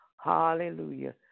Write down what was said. Hallelujah